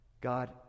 God